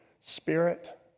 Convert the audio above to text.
Spirit